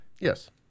yes